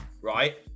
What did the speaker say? Right